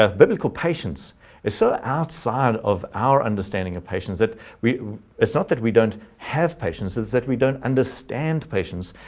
ah biblical patience is so outside of our understanding of patients that we it's not that we don't have patience says that we don't understand patience,